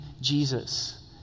Jesus